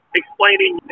explaining